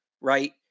Right